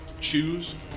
choose